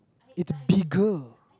it's bigger